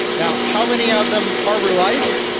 now, how many of them harbour life?